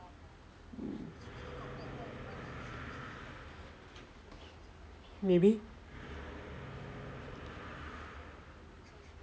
maybe